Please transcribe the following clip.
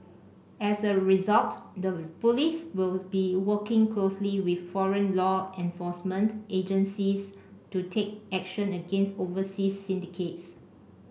as a result the police will be working closely with foreign law enforcement agencies to take action against overseas syndicates